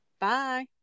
bye